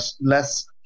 less